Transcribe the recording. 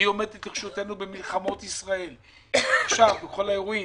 היא עומדת לרשותנו במלחמות ישראל ועכשיו בכל האירועים.